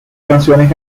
canciones